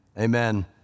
Amen